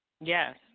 Yes